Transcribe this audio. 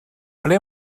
ble